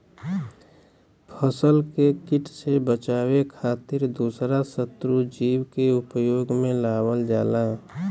फसल के किट से बचावे खातिर दूसरा शत्रु जीव के उपयोग में लावल जाला